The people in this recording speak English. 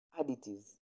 additives